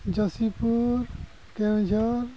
Jashipur Keonjhar